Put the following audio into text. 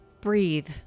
breathe